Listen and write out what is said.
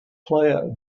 player